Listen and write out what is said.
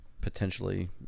potentially